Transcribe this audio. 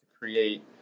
create